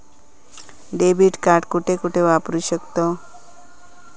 Debit card कुठे कुठे वापरू शकतव?